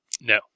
No